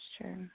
Sure